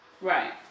Right